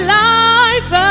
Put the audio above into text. life